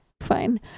fine